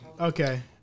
Okay